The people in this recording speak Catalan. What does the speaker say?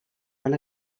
van